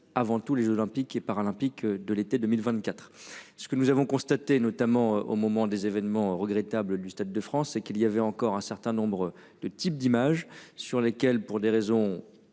avant tout les Jeux olympiques et paralympiques de l'été 2024. Ce que nous avons constaté, notamment au moment des événements regrettables du Stade de France, c'est qu'il y avait encore un certain nombre de types d'images sur lesquelles pour des raisons,